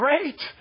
great